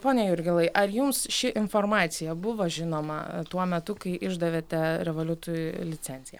pone jurgilai ar jums ši informacija buvo žinoma tuo metu kai išdavėte revoliutui licenciją